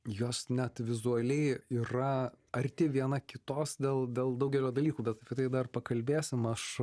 jos net vizualiai yra arti viena kitos dėl dėl daugelio dalykų bet apie tai dar pakalbėsim aš